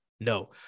no